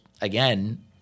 again